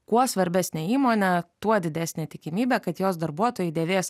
kuo svarbesnė įmonė tuo didesnė tikimybė kad jos darbuotojai dėvės